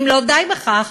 אם לא די בכך,